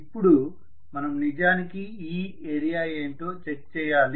ఇప్పుడు మనము నిజానికి ఈ ఏరియా ఏంటో చెక్ చేయాలి